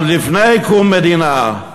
עוד לפני קום המדינה.